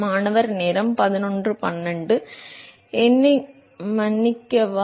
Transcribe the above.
மாணவர் என்னை மன்னிக்கவா